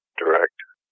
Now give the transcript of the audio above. direct